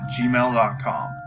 gmail.com